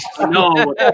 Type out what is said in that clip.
No